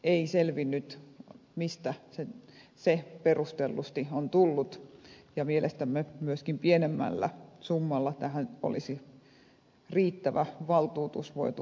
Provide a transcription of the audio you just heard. ei selvinnyt mistä se perustellusti on tullut ja mielestämme myöskin pienemmällä summalla tähän olisi riittävä valtuutus voitu antaa